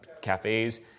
cafes